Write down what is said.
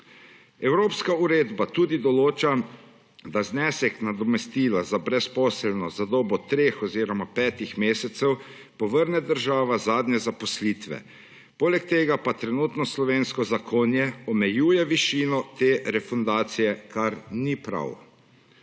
Evropska uredba tudi določa, da znesek nadomestila za brezposelnost za dobo treh oziroma petih mesecev povrne država zadnje zaposlitve. Poleg tega pa trenutno slovensko zakonje omejuje višino te refundacije, kar ni prav.